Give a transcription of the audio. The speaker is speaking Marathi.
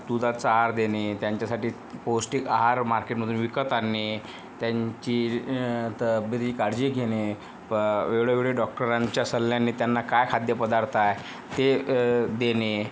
दुधाचा आहार देणे त्यांच्यासाठी पौष्टिक आहार मार्केटमधून विकत आणणे त्यांची तब्येतीची काळजी घेणे प वेळोवेळी डॉक्टरांच्या सल्ल्याने त्यांना काय खाद्यपदार्थ आहे ते देणे